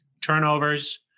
turnovers